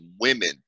women